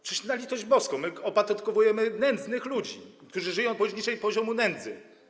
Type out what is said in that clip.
Przecież, na litość boską, opodatkowujemy nędznych ludzi, którzy żyją poniżej poziomu nędzy.